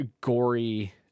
gory